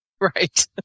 Right